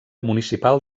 municipal